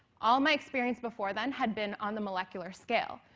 all my experience before then had been on the molecular scale.